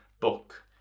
book